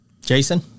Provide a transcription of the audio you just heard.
Jason